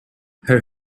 her